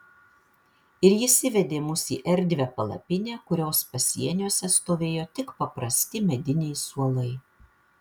ir jis įvedė mus į erdvią palapinę kurios pasieniuose stovėjo tik paprasti mediniai suolai